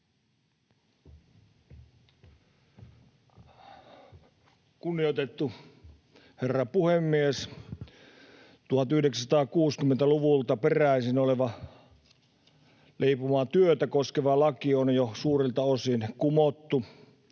Kunnioitettu herra puhemies! 1960-luvulta peräisin oleva leipomotyötä koskeva laki on jo suurilta osin kumottu.